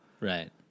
Right